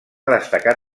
destacar